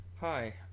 Hi